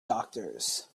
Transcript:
doctors